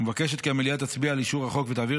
ומבקשת כי המליאה תצביע על אישור החוק ותעביר